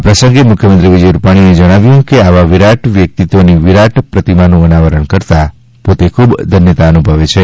આ પ્રસંગે મુખ્યમંત્રી વિજય રૂપાણીએ જણાવ્યું છે કે આવા વિરાટ વ્યક્તિત્વની વિરાટ પ્રતિમાનું અનાવરણ કરતાં પોતે ખૂબ ધન્યતા અનુભવે છે